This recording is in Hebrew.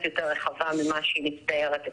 יותר רחבה ממה שהיא מצטיירת אצלנו.